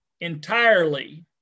entirely